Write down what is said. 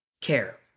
care